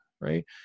right